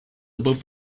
above